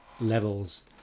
levels